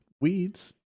weeds